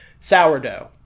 sourdough